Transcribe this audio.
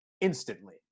instantly